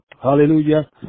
Hallelujah